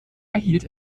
erhielt